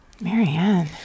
Marianne